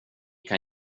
kan